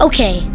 Okay